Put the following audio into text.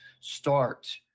start